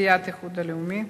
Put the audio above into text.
מסיעת האיחוד הלאומי.